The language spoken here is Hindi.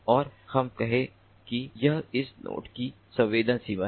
और हम कहें कि यह इस नोड की संवेदन सीमा है